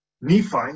Nephi